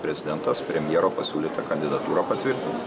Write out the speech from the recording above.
prezidentas premjero pasiūlytą kandidatūrą patvirtins